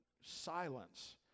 silence